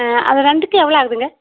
அது ரெண்டுக்கும் எவ்வளோ ஆகுதுங்க